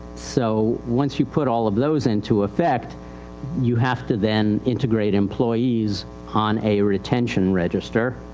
so once you put all of those into effect you have to then integrate employees on a retention register.